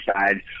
inside